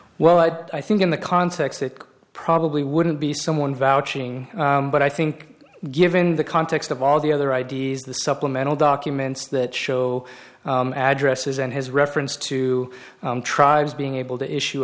well but i think in the context it probably wouldn't be someone vouching but i think given the context of all the other ideas the supplemental documents that show addresses and his reference to tribes being able to issue